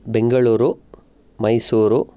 Bengaluru Mysuru